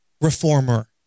reformer